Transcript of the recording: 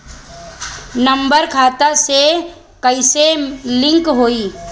Number खाता से कईसे लिंक होई?